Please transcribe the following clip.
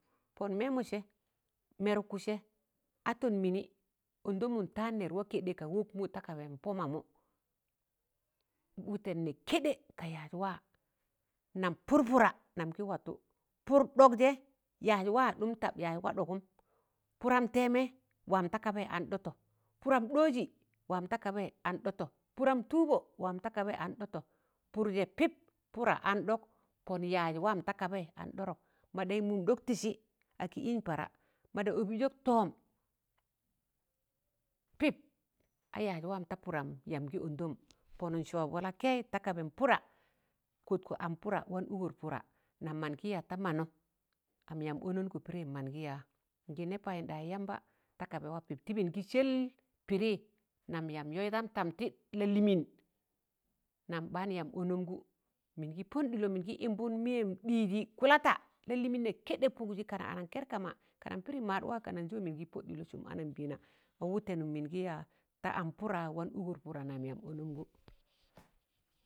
Pọn mịmọ sẹ mẹrụkkụ sẹ atọn mịnị ọndọmụn taan waa kẹdẹ ta kabam pọ mamụ wụtẹn nẹ kẹɗẹ ka yaj wa nam pụr pụra nam gị watụ pụr dọk jẹ yaj waa ɗụm taab yaj wa ɗogụm pụram tẹmẹ waam da kabaị an ɗ̣ọtọ pụram ɗọjị waam da kabaị an ɗọtọ pụram tụbọ waam da kabaịn ɗọtọ pu̱r jẹ pịp pụra an dok pọn yaj wam da kabaị an dọrọk mọɗaṇyị mụm ɗọk tịsị a kị ịnj para mọdaṇị ọbịm ɗọk tọm pịp a yaj wam da pụram yam gị ọndọm pọnọn n sọọbgọ la kẹyị ta kaban pụra kọtkọ am pụra wan ụgọr pụra nam man gi yaa da mannọ am yam ọnọṇọ pịdịị man ki yaa n gị nẹ paƴịnɗaị yamba ta kaba waa pịp tịbị n gị sẹl pịdịị nam yam yọịdam tam lalịmịịn nam ɓan yam ọnọmgụ min gi pọd ɗịlọ mịn gị yịmbụn mịyẹm di̱jị kụlata lalịmịịn nẹ kẹdẹ pụgjị kan anaṇ kẹr kama kanan pịdị maad waa kanan sọ mịn gị pọd ɗịlọ sụm anambẹẹna mọ wụtẹnum mịn gị yaa ta am pụrra wan wụgor pụra nam yam ọnọmgụ.